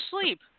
sleep